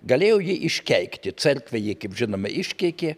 galėjo jį iškeikti cerkvė jį kaip žinome iškeikė